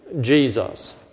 Jesus